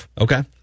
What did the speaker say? Okay